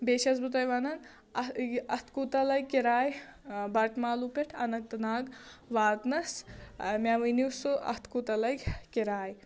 بیٚیہِ چھَس بہٕ تۄہہِ وَنان یہِ اَتھ کوٗتاہ لَگہِ کِراے بَٹہٕ مالوٗ پٮ۪ٹھ اننٛت ناگ واتنَس مےٚ ؤنِو سُہ اَتھ کوٗتاہ لَگہِ کِراے